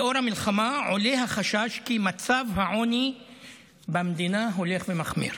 לנוכח המלחמה עולה החשש כי מצב העוני במדינה הולך ומחמיר.